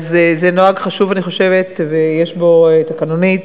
זה נוהג חשוב, אני חושבת, תקנונית,